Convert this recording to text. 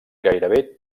gairebé